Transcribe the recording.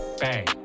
bang